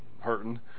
hurting